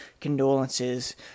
condolences